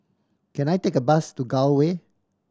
can I take a bus to Gul Way